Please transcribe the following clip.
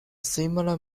similar